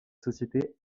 société